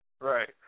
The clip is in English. Right